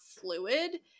fluid